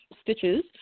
stitches